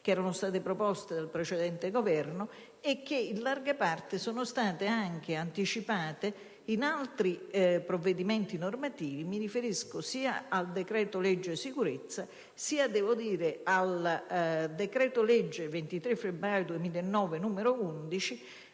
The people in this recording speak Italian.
Democratico e dal precedente Governo e che, in larga parte, sono state anche anticipate in altri provvedimenti normativi. Mi riferisco sia al decreto-legge sicurezza sia al decreto-legge 23 febbraio 2009, n. 11,